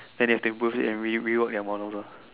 and they have to improve it and re~ rework their models ah